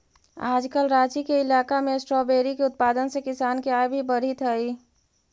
आजकल राँची के इलाका में स्ट्राबेरी के उत्पादन से किसान के आय भी बढ़ित हइ